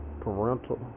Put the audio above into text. parental